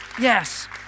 Yes